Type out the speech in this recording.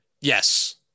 Yes